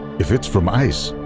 if it's from ice,